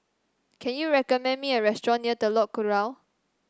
can you recommend me a restaurant near Telok Kurau